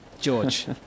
George